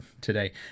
today